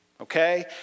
Okay